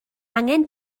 angen